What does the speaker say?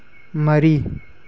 ꯃꯔꯤ